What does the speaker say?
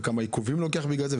וכמה עיכובים קורים בגלל זה.